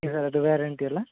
ಅದು ವ್ಯಾರೆಂಟಿಯಲ್ವ